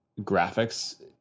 graphics